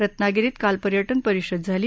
रत्नागिरीत काल पर्यटन परिषद झाली